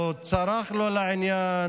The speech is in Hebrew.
הוא צרח לא לעניין,